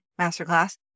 Masterclass